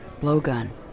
Blowgun